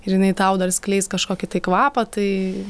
jinai tau dar skleis kažkokį tai kvapą tai